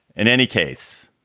in any case,